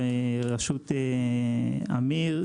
בראשות אמיר,